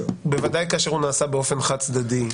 בוודאי כאשר הוא נעשה באופן חד צדדי,